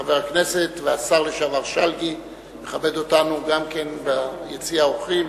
חבר הכנסת והשר לשעבר שלגי מכבד אותנו גם הוא ביציע האורחים,